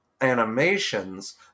animations